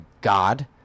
God